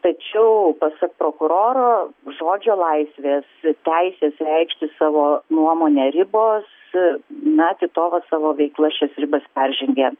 tačiau pasak prokuroro žodžio laisvės teisės reikšti savo nuomonę ribos na titovas savo veikla šias ribas peržengė